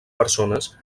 persones